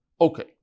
Okay